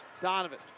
Donovan